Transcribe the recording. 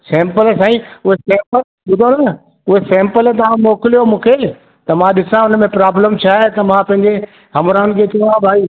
sample साईं उहा sample ॿुधो न उहा सेंपल तव्हां मोकिलियो मूंखे त मां ॾिसां हुनमें प्रोबलम छा आहे त मां पंहिंजे हमराहनि खे चवां भई